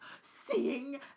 seeing